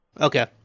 Okay